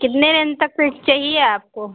कितने रेंज तक फिर चाहिए आपको